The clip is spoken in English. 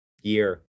year